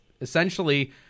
essentially